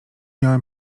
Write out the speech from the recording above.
miałem